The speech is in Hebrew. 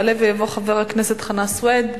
יעלה ויבוא חבר הכנסת חנא סוייד,